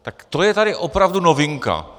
Tak to je tady opravdu novinka.